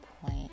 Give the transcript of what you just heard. point